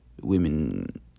women